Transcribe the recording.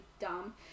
dumb